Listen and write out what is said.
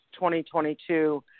2022